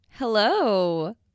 Hello